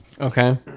Okay